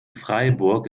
freiburg